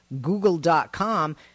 Google.com